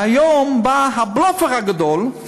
והיום בא הבלופר הגדול,